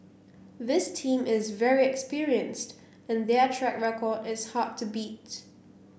this team is very experienced and their track record is hard to beat